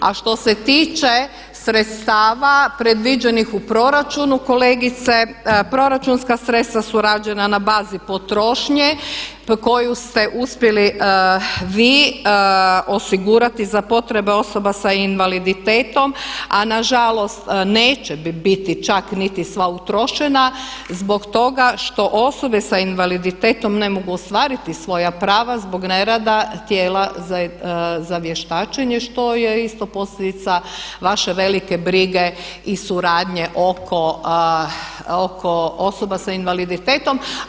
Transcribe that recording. A što se tiče sredstava predviđenih u proračunu kolegice proračunska sredstva su rađena na bazi potrošnje koju ste uspjeli vi osigurati za potrebe osoba sa invaliditetom, a na žalost neće biti čak niti sva utrošena zbog toga što osobe sa invaliditetom ne mogu ostvariti svoja prav zbog nerada tijela za vještačenje što je isto posljedica vaše velike brige i suradnje oko osoba sa invaliditetom.